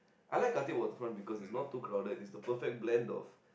I like Khatib waterfront because it's not too crowded it's the perfect blend of